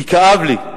כי כאב לי.